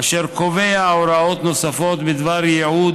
אשר קובע הוראות נוספות בדבר ייעוד